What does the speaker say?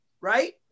Right